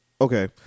okay